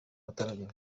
ataragera